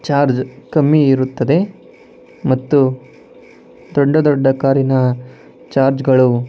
charge ಕಮ್ಮಿ ಇರುತ್ತದೆ ಮತ್ತು ದೊಡ್ಡ ದೊಡ್ಡ ಕಾರಿನ ಚಾರ್ಜ್ಗಳು